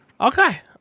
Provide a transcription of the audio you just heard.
Okay